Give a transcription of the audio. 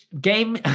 Game